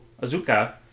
Azuka